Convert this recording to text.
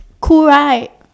cool right